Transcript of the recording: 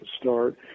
start